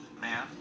man